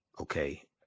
Okay